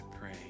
pray